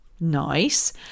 Nice